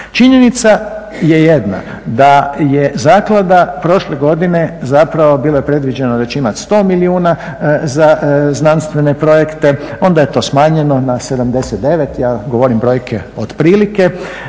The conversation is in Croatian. Činjenica je jedna da je zaklada prošle godine, zapravo bilo je predviđeno da će imati 100 milijuna za znanstvene projekte. Onda je to smanjeno na 79. Ja govorim brojke otprilike.